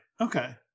okay